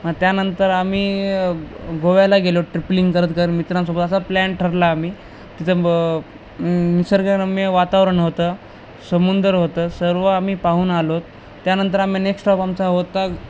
मग त्यानंतर आम्ही गोव्याला गेलो ट्रिपलिंग करत करत मित्रांसोबत असा प्लॅन ठरला आम्ही तिथं ब निसर्गरम्य वातावरण होतं समुंदर होतं सर्व आम्ही पाहून आलो त्यानंतर आम्ही नेक्स्ट स्टॉप आमचा होता